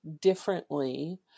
differently